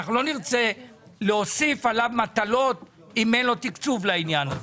אנחנו לא נרצה להוסיף עליו מטלות אם אין לו תקצוב לעניין הזה.